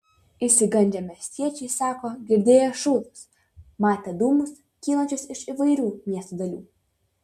išsigandę miestiečiai sako girdėję šūvius matę dūmus kylančius iš įvairių miesto dalių